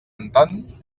anton